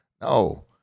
No